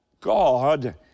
God